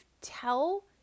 tell